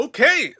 Okay